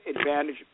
advantage